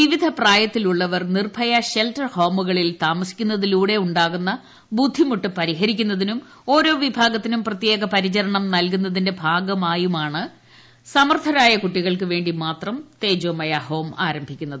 വിവിധ പ്രായത്തിലുള്ളവർ നിർഭയ ഷെൽട്ടർ ഹോമുകളിൽ താമസിക്കുന്നതിലൂടെ ഉണ്ടാകുന്ന ബുദ്ധിമുട്ട് പരിഹരിക്കുന്നതിനും ഓരോ വിഭാഗത്തിനും പ്രത്യേക പരിചരണം നൽകുന്നതിന്റെ ഭാഗവുമായാണ് സമർത്ഥരായ കുട്ടികൾക്ക് വേണ്ടി മാത്രം തേജോ മയ ഹോം ആരംഭിക്കുന്നത്